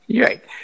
Right